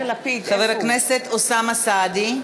חבר הכנסת אוסאמה סעדי.